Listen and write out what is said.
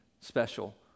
special